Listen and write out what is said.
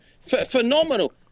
Phenomenal